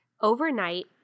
Overnight